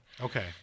Okay